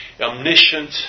omniscient